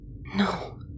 No